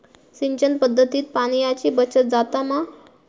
सिंचन पध्दतीत पाणयाची बचत जाता मा?